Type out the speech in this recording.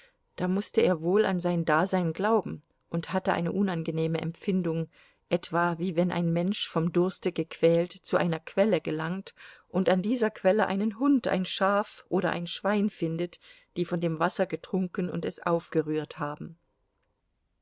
da mußte er wohl an sein dasein glauben und hatte eine unangenehme empfindung etwa wie wenn ein mensch vom durste gequält zu einer quelle gelangt und an dieser quelle einen hund ein schaf oder ein schwein findet die von dem wasser getrunken und es aufgerührt haben